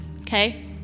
okay